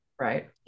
right